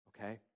Okay